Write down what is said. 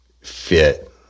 fit